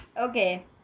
Okay